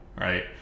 right